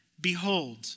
Behold